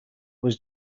was